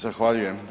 Zahvaljujem.